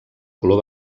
color